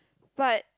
but